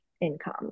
income